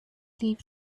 leave